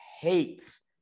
hates